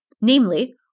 namely